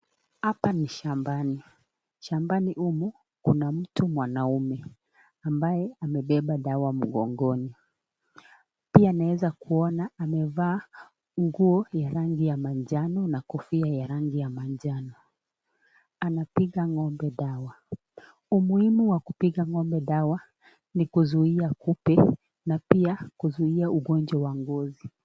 Hapa ni shambani, shambani humu Kuna mtu mwanaume ambaye amebeba dawa mgongoni pia naeza kuona amevaa nguo ya rangi ya majano na kofia ya rangi ya majano anapiga ng'ombe dawa. Umuhimu wa kupiga ng'ombe dawa ni kuzuia kupe na pia kuzuia ugonjwa wa ngozi.